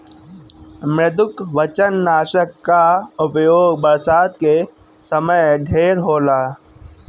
मृदुकवचनाशक कअ उपयोग बरसात के समय ढेर होला